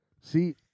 see